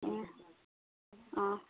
অঁ